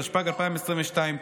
התשפ"ג 2022,